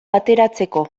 ateratzeko